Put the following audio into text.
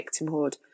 victimhood